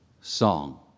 song